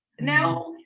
now